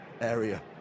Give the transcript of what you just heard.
area